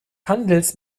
handels